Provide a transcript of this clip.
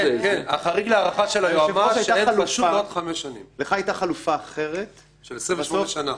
(הישיבה נפסקה בשעה 17:12 ונתחדשה בשעה 17:18.)